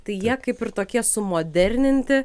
tai jie kaip ir tokie sumoderninti